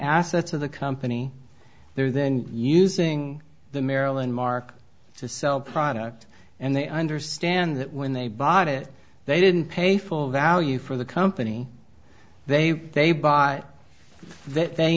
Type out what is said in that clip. assets of the company they're then using the maryland mark to sell product and they understand that when they bought it they didn't pay full value for the company they they bought th